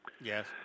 Yes